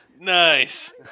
Nice